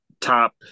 top –